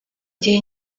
gihe